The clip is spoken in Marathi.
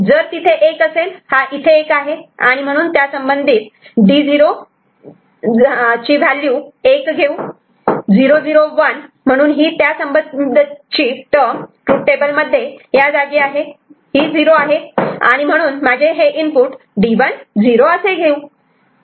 जर तिथे 1 असेल हा इथे 1 आहे आणि म्हणून आपण त्यासंबंधित D0 ची व्हॅल्यू 1 घेऊ 0 0 1 म्हणून ही त्यासंबंधित ची टर्म ट्रूथ टेबल मध्ये या जागी 0 आहे आणि म्हणून माझे हे इनपुट D1 0 असे घेऊ